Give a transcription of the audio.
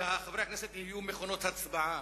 שחברי הכנסת יהיו מכונות הצבעה.